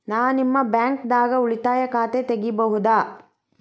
ನಾ ನಿಮ್ಮ ಬ್ಯಾಂಕ್ ದಾಗ ಉಳಿತಾಯ ಖಾತೆ ತೆಗಿಬಹುದ?